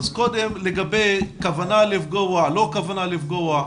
קודם, לגבי כוונה לפגוע, לא כוונה לפגוע,